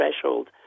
threshold